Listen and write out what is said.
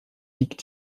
liegt